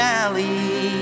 alley